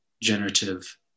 generative